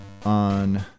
on